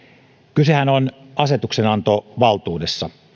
kysehän on asetuksenantovaltuudesta